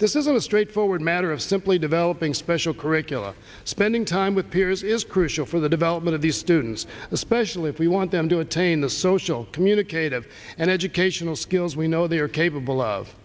this isn't a straightforward matter of simply developing special curricula spending time with peers is crucial for the development of these students especially if we want them to attain the social communicated and educational skills we know they are capable of